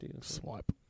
swipe